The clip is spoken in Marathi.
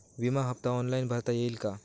विमा हफ्ता ऑनलाईन भरता येईल का?